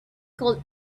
called